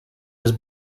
was